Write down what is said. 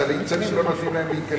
אז הליצנים לא נותנים להם להיכנס.